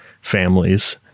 families